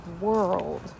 world